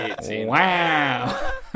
wow